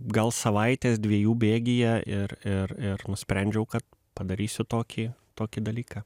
gal savaitės dviejų bėgyje ir ir ir nusprendžiau kad padarysiu tokį tokį dalyką